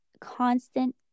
constant